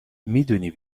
میدونی